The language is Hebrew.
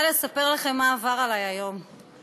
אני רוצה לספר לכם מה עבר עלי היום.